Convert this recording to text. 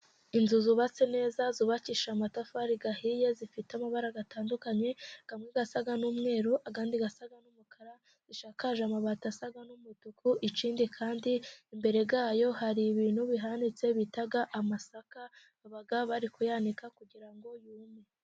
Inzu zubatse neza, zubakishije amatafari ahiye. Zifite amabara atandukanye. Amwe asa n'umweru, andi asa n'umukara. Zishakaje amabati asa n'umutuku, ikindi kandi, imbere yayo hari ibintu bihanitse bita amasaka. Baba bari kuyanika kugira ngo yume.